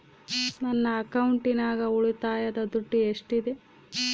ನನ್ನ ಅಕೌಂಟಿನಾಗ ಉಳಿತಾಯದ ದುಡ್ಡು ಎಷ್ಟಿದೆ?